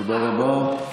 תודה רבה.